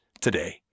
today